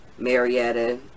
Marietta